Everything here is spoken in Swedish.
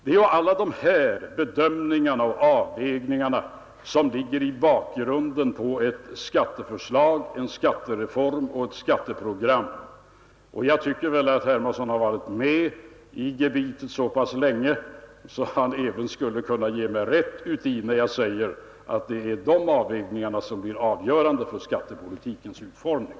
Det är alla de här bedömningarna och avvägningarna som ligger i bakgrunden för ett skatteförslag, en skattereform och ett skatteprogram. Och jag tycker att herr Hermansson varit med i gamet så länge att han skulle kunna ge mig rätt när jag säger, att det är dessa avvägningar som blir avgörande för skattepolitikens utformning.